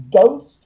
ghost